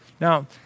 Now